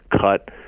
cut